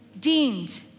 deemed